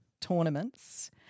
tournaments